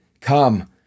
Come